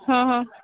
હ